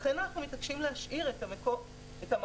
לכן אנחנו מתעקשים להשאיר את "המקום